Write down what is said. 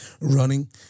running